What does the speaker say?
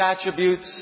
attributes